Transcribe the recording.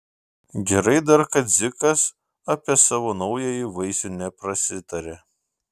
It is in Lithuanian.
gerai dar kad dzikas apie savo naująjį vaisių neprasitarė